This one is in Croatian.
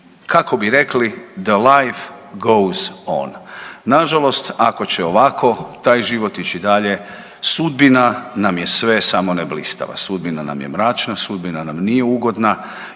kako bi rekli The life goes on. Nažalost ako će ovako taj život ići dalje sudbina nam je sve samo ne blistava, sudbina nam je mračna, sudbina nam nije u godina